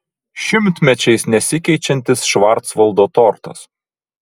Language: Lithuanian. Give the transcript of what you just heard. šimtmečiais nesikeičiantis švarcvaldo tortas